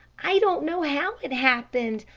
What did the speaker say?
i don't know how it happened,